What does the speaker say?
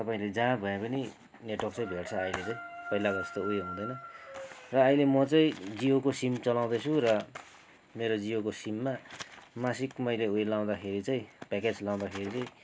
तपाईँले जहाँ भएपनि नेटवर्क चाहिँ भेट्छ अहिले चाहिँ पहिलाको जस्तो उयो हुँदैन र अहिले म चाहीँ जीयोको सिम चलाउँदैछु र मेेरो जियोको सिममा मासिक मैले उयो लाउँदाखेरि चाहिँ प्याकेज लाउँदाखेरि चाहिँ